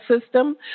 system